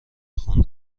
خون